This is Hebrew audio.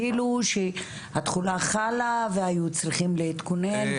אפילו שהתחולה חלה והיו צריכים להתכונן,